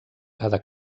cada